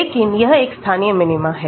लेकिन यह एक स्थानीय मिनीमा है